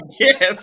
gift